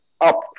up